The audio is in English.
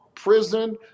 prison